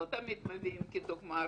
לא תמיד מביאים כדוגמה את